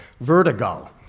Vertigo